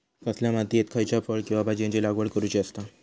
कसल्या मातीयेत खयच्या फळ किंवा भाजीयेंची लागवड करुची असता?